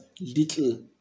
little